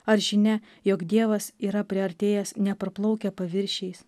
ar žinia jog dievas yra priartėjęs neparplaukia paviršiais